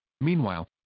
Meanwhile